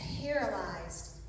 paralyzed